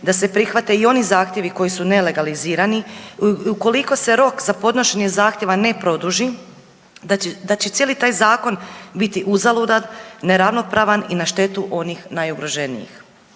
da se prihvate i oni zahtjevi koji su nelegalizirani, ukoliko se rok za podnošenje zahtjeva ne produži da će cijeli taj zakon biti uzaludan, neravnopravan i na štetu onih najugroženijih.